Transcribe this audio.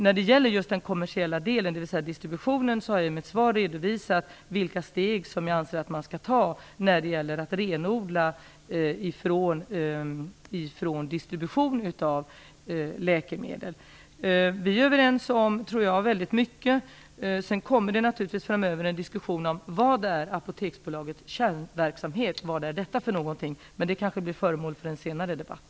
När det gäller den kommersiella delen, dvs. distributionen, har jag i mitt svar redovisat vilka steg jag anser att man skall ta för att renodla verksamheten, bort ifrån distribution av läkemedel. Jag tror att vi är överens om väldigt mycket. Framöver kommer det naturligtvis en diskussion om vad Apoteksbolagets kärnverksamhet skall vara, men detta kanske blir föremål för en senare debatt.